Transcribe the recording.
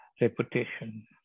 reputation